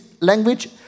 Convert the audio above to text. language